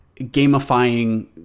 gamifying